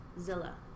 Zilla